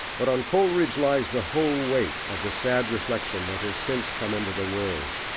but on coleridge lies the whole weight of the sad reflection that has since come into the world,